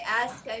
ask